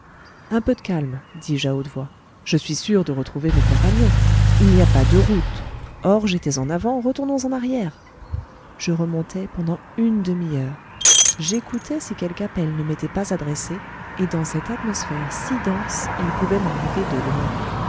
un peu de calme dis-je à haute voix je suis sûr de retrouver mes compagnons il n'y a pas deux routes or j'étais en avant retournons en arrière je remontai pendant une demi-heure j'écoutai si quelque appel ne m'était pas adressé et dans cette atmosphère si dense il pouvait m'arriver de loin